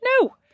No